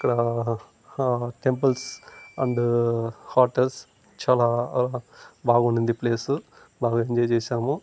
ఇక్కడా temples and hotels చాలా బాగుండింది ప్లేసు బాగా ఎంజాయ్ చేశాము